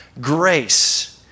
grace